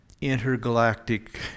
intergalactic